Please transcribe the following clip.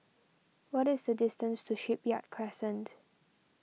what is the distance to Shipyard Crescent